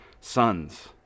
sons